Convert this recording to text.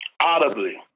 audibly